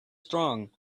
strong